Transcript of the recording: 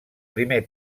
primer